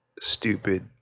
stupid